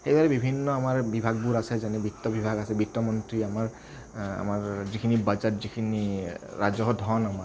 সেইদৰে বিভিন্ন আমাৰ বিভাগবোৰ আছে যেনে বিত্ত বিভাগ আছে বিত্ত মন্ত্ৰী আমাৰ আমাৰ আমাৰ যিখিনি বাজেট যিখিনি ৰাজহ ধন আমাৰ